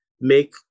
make